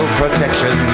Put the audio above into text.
protection